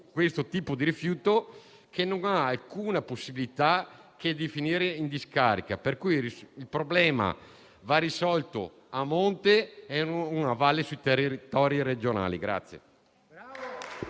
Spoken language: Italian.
questo tipo di rifiuto, che non ha alcuna altra possibilità se non finire in discarica. Pertanto, il problema va risolto a monte, e non a valle, sui territori regionali.